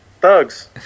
thugs